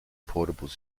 portable